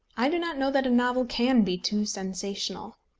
i do not know that a novel can be too sensational.